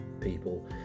people